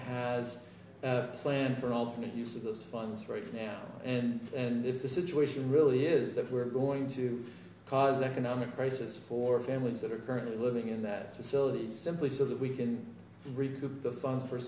has a plan for alternate use of those funds right now and and if the situation really is that we're going to cause economic crisis for families that are currently living in that facility simply so that we can recoup the funds for